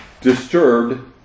disturbed